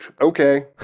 Okay